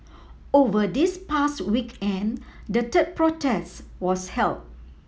over this past weekend the third protest was held